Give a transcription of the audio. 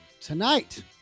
tonight